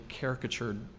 caricatured